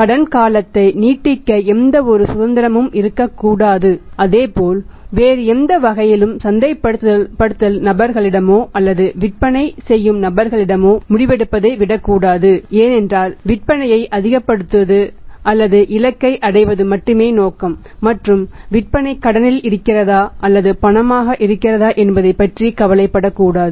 கடன் காலத்தையும் நீட்டிக்க எந்தவொரு சுதந்திரமும் இருக்கக்கூடாது அதேபோல் வேறு எந்த வகையிலும் சந்தைப்படுத்தல் நபர்களிடமோ அல்லது விற்பனை செய்யும் நபர்களிடமோ முடிவெடுப்பதை விடக்கூடாது ஏனென்றால் விற்பனையை அதிகப்படுத்து அல்லது இலக்கை அடைவது மட்டுமே நோக்கம் மற்றும் விற்பனை கடனில் இருக்கிறதா அல்லது பணமாக இருக்கிறதா என்பதைப் பற்றி கவலைப்படக்கூடாது